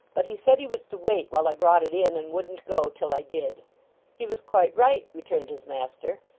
but he said he was to wait while i brought it in, and wouldn't go till i did he was quite right returned his master,